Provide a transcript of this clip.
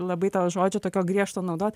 labai to žodžio tokio griežto naudot